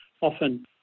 often